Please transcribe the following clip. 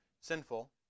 sinful